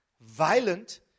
Violent